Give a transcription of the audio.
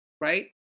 right